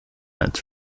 its